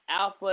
Alpha